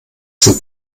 sind